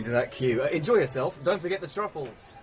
that queue. enjoy yourself! don't forget the truffles!